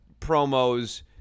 promos